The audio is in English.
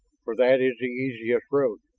for that is the easiest road.